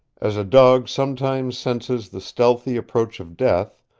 as a dog sometimes senses the stealthy approach of death,